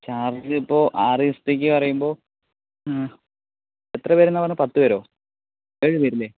ചാർജിപ്പോൾ ആറു ദിവസത്തേക്ക് പറയുമ്പോൾ എത്ര പേരെന്നാണ് പറഞ്ഞത് പത്തുപേരോ ഏഴുപേരല്ലേ